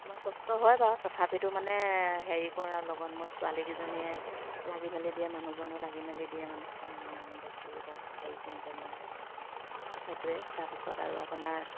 অকমান কষ্ট হয় বাাৰু তথাপিতো মানে হেৰি কৰাৰ লগত মোৰ ছোৱালীকেইজনীয়ে লাগি মেলি দিয়ে মানুহজনেও লাগি মেলি দিয়ে মানে বস্তুবিলাক হেৰি কৰোঁতে মেলোঁতে সেইটোৱে তাৰপিছত আৰু আপোনাৰ